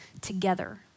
together